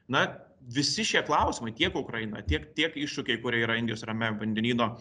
na visi šie klausimai tiek ukraina tiek tiek iššūkiai kurie yra indijos ir ramiajam vandenyno